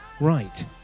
Right